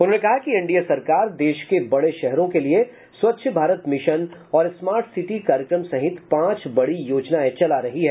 उन्होंने कहा कि एनडीए सरकार देश के बड़े शहरों के लिए स्वच्छ भारत मिशन और स्मार्ट सिटी कार्यक्रम सहित पांच बड़ी योजनाएं चला रही है